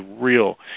real